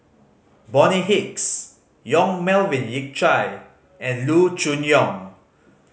Bonny Hicks Yong Melvin Yik Chye and Loo Choon Yong